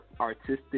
artistic